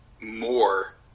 more